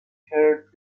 heard